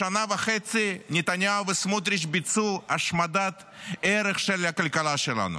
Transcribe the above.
בשנה וחצי נתניהו וסמוטריץ' ביצעו השמדת ערך של הכלכלה שלנו.